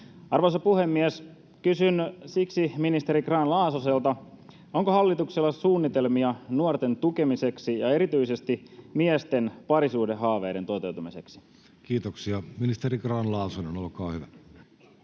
Arvoisa puhemies, kysyn siksi ministeri Grahn-Laasoselta: onko hallituksella suunnitelmia nuorten tukemiseksi ja erityisesti miesten parisuhdehaaveiden toteutumiseksi? Kiitoksia. — Ministeri Grahn-Laasonen, olkaa hyvä. Arvoisa